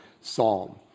Psalm